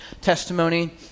testimony